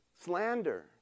Slander